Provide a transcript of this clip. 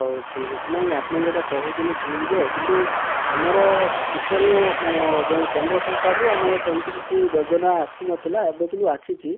ହଉ ଠିକ୍ଅଛି ନାଇ ଆପଣ ଯେଉଁଟା କହୁଛନ୍ତି ଠିକ୍ ଯେ କିନ୍ତୁ ଆମର ଉପରୁ ଯେଉଁ କେନ୍ଦ୍ରସରକାରରୁ ଆମର ସେମିତି କିଛି ଯୋଜନା ଆସିନଥିଲା ଏବେ କିନ୍ତୁ ଆସିଛି